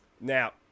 Now